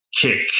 kick